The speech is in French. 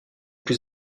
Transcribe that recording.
plus